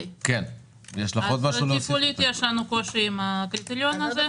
יש לנו קושי עם הקריטריון הזה.